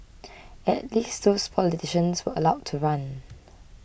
at least those politicians were allowed to run